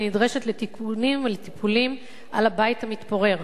נדרשת לתיקונים ולטיפולים בבית המתפורר.